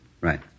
Right